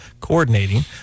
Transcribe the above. coordinating